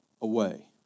away